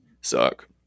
suck